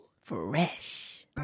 Fresh